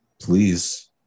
please